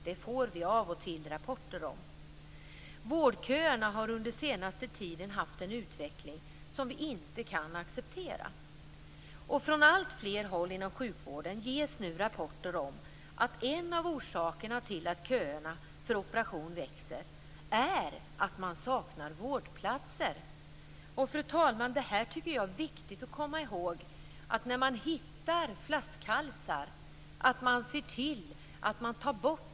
Det får vi av och till rapporter om. Vårdköerna har under den senaste tiden utvecklats på ett sätt som vi inte kan acceptera. Från alltfler håll inom sjukvården kommer rapporter om att en av orsakerna till att köerna till operationer växer är att det saknas vårdplatser. Fru talman! Det är viktigt att komma ihåg att när flaskhalsar upptäcks skall de tas bort.